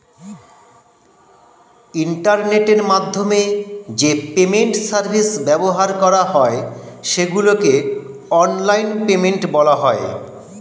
ইন্টারনেটের মাধ্যমে যে পেমেন্ট সার্ভিস ব্যবহার করা হয় সেগুলোকে অনলাইন পেমেন্ট বলা হয়